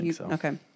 Okay